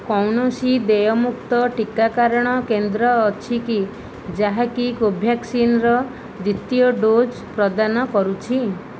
କୌଣସି ଦେୟମୁକ୍ତ ଟିକାକରଣ କେନ୍ଦ୍ର ଅଛି କି ଯାହାକି କୋଭ୍ୟାକ୍ସିନ୍ ର ଦ୍ୱିତୀୟ ଡୋଜ୍ ପ୍ରଦାନ କରୁଛି